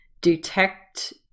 detect